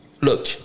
Look